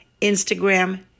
Instagram